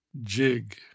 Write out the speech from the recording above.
jig